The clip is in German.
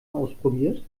ausprobiert